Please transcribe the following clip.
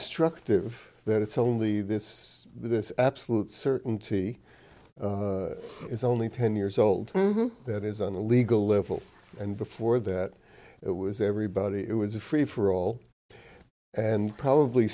nstructive that it's only this this absolute certainty is only ten years old that is on the legal level and before that it was everybody it was a free for all and probably